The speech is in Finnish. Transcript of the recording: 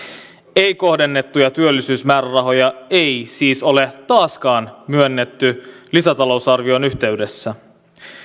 ei kohdennettuja työllisyysmäärärahoja ei siis ole taaskaan myönnetty lisätalousarvion yhteydessä